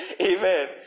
Amen